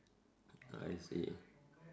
I see